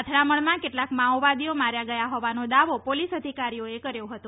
અથડામણમાં કેટલાંક માઓવાદીઓ માર્યા ગયા હોવાનો દાવો પોલિસ અધિકારીઓએ કર્યો હતો